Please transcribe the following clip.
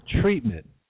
treatment